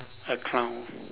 a clown